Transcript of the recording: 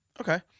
Okay